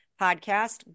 podcast